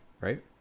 right